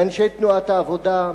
מאנשי תנועת העבודה,